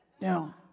now